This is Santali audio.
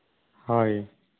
ᱦᱳᱭ